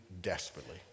desperately